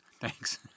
Thanks